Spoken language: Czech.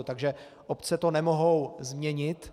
Takže obce to nemohou změnit.